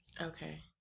Okay